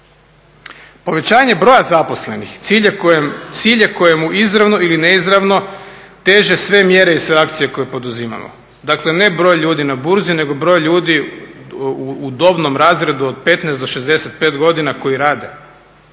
Povećanje broja zaposlenih cilj je kojemu izravno ili neizravno teže sve mjere i sve akcije koje poduzimamo. Dakle, ne broj ljudi na Burzi nego broj ljudi u dobnom razredu od 15 do 65 godina koji rade.